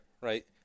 right